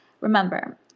Remember